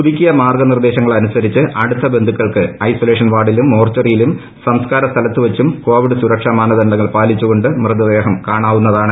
പുതുക്കിയ മാർഗനിർദേശങ്ങളനുസരിച്ച് അടുത്ത ബന്ധുക്കൾക്ക് ഐസൊലേഷൻ വാർഡിലും മോർച്ചറിയിലും സംസ്കാര സ്ഥലത്തു വച്ചും കോവിഡ് സുരക്ഷാ മാനദണ്ഡങ്ങൾ പാലിച്ചുകൊണ്ട് മൃതദേഹം കാണാവുന്നതാണ്